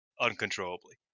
Uncontrollably